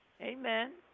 Amen